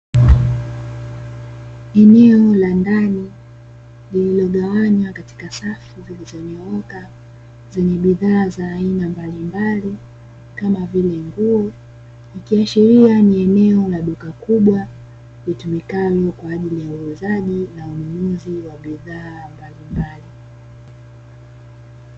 Eneo la ndani lililogawanywa katika safu zilizonyooka, zenye bidhaa za aina mbalimbali kama vile nguo ikiashiria ni eneo la duka kubwa litumikalo kwajili ya uuzaji na ununuzi wa bidhaa mbalimbali.